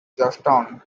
georgetown